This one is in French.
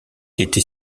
était